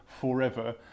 forever